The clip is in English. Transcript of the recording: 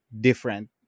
different